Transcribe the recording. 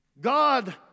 God